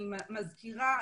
אני מזכירה,